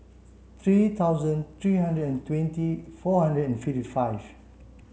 three thousand three hundred and twenty four hundred and fift five